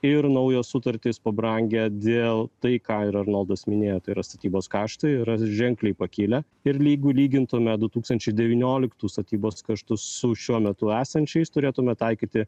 ir naujos sutartys pabrangę dėl tai ką ir arnoldas minėjo tai yra statybos kaštai yra ženkliai pakilę ir lygu lygintume du tūkstančiai devynioliktų statybos kaštus su šiuo metu esančiais turėtume taikyti